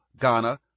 Ghana